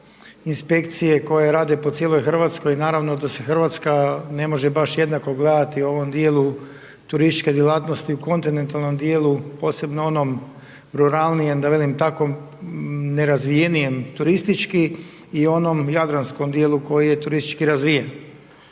inspekcije koje rade po cijeloj RH, naravno da se RH ne može baš jednako gledati u ovom dijelu turističke djelatnosti u kontinentalnom dijelu, posebno onom ruralnijem, da velim tako nerazvijenijem turistički i onom jadranskom dijelu koji je turistički razvijen